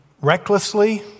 recklessly